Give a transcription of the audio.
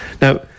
Now